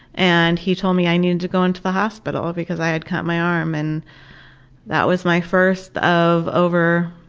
and he told me i needed to go into the hospital because i had cut my arm, and that was my first of over